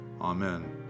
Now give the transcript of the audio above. Amen